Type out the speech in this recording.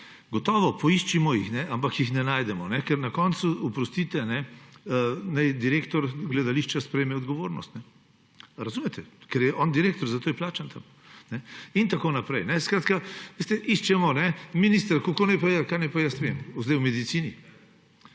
Gotovo, poiščimo jih, ampak jih ne najdemo, ker na koncu, oprostite, naj direktor gledališče sprejme odgovornost. Razumete, ker je on direktor, zato je plačan tam. Skratka, veste, iščemo ministra. Kako naj pa, kaj naj pa jaz vem zdaj o medicini.